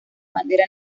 bandera